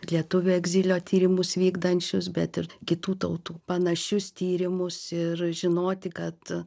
lietuvių egzilio tyrimus vykdančius bet ir kitų tautų panašius tyrimus ir žinoti kad